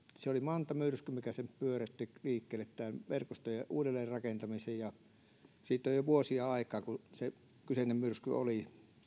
se oli manta myrsky mikä pyöräytti liikkeelle tämän verkostojen uudelleenrakentamisen ja siitä on jo vuosia aikaa kun se kyseinen myrsky oli